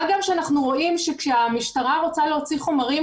מה גם שאנחנו רואים שכשהמשטרה רוצה להוציא חומרים,